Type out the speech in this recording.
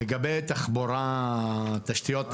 לגבי תשתיות תחבורה.